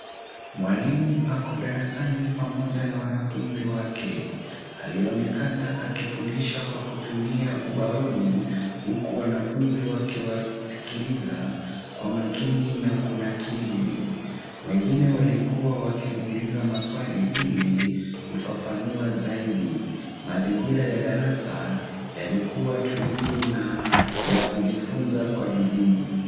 Mwalimu ako darasani pamoja na wanafunzi wake. Alionekana akifundisha kwa kutumia ubao, huku wanafunzi wakiwasikiliza kwa makini na kunakili. Wengine walikuwa wakimuuliza maswali ili kufafanua zaidi. Mazingira ya darasa yalikuwa tulivu na ya kujifunza kwa bidii.